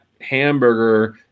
hamburger